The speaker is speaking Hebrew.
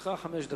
לרשותך חמש דקות.